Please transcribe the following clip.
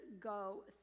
go